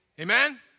Amen